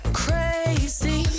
crazy